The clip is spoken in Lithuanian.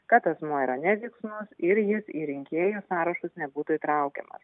kad asmuo yra neveiksnus ir jis į rinkėjų sąrašus nebūtų įtraukiamas